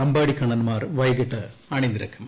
അമ്പാടിക്കണ്ണൻമാർ വൈകിട്ട് അണിനിരക്കും